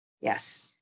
Yes